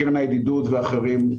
קרן הידידות ואחרים,